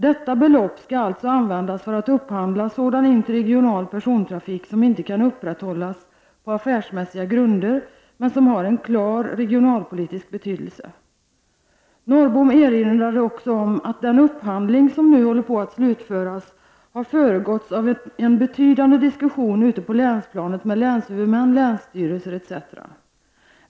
Detta belopp skall alltså användas för att upphandla sådan interregional persontrafik som inte kan upprätthållas på affärsmässiga grunder men som har en klar regionalpolitisk betydelse. Norrbom erinrade också om att den upphandling som nu håller på att slutföras, har föregåtts av en betydande diskussion ute på länsplanet med länshuvudmän, länsstyrelser etc.